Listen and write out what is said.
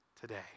today